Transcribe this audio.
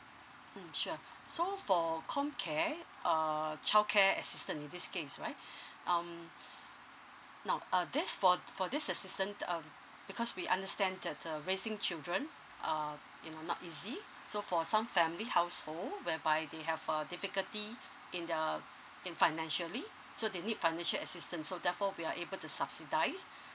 mm sure so for comcare uh childcare assistance in this case right um now uh this for for this assistance um because we understand that uh raising children uh you know not easy so for some family household whereby they have a difficulty in the in financially so they need financial assistance so therefore we are able to subsidise